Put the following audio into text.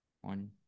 One